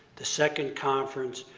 the second conference,